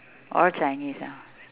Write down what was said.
all chinese ah